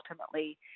ultimately